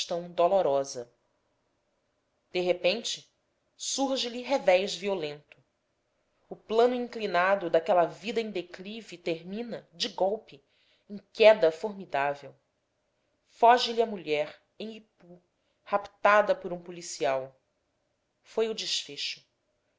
exaustão dolorosa a queda de repente surge lhe revés violento o plano inclinado daquela vida em declive termina de golpe em queda formidável foge lhe a mulher em ipu raptada por um policial foi o desfecho